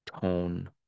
tone